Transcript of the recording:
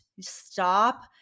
Stop